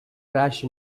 crashed